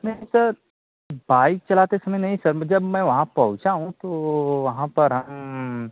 नहीं sir bike चलाते समय नहीं सर जब मैं वहाँ पहुँचा हूँ तो वहाँ पर हम